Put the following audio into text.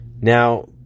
Now